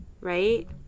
right